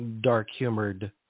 dark-humored